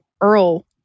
Earl